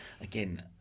again